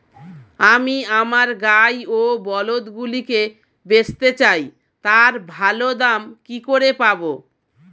আমি আমার গাই ও বলদগুলিকে বেঁচতে চাই, তার ভালো দাম কি করে পাবো?